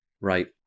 Right